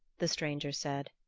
the stranger said.